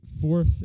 fourth